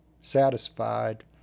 satisfied